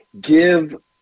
give